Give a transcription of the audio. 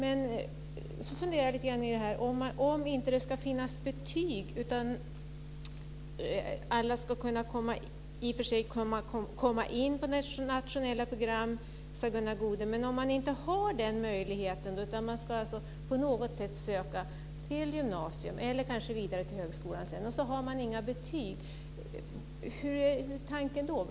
Jag funderar lite grann på det här med att det inte ska finnas betyg. Gunnar Goude sade att alla i och för sig ska komma in på nationella program, men hur är tanken om den här möjligheten inte finns? Man ska alltså på något sätt söka till gymnasium eller kanske vidare till högskolan och har inga betyg.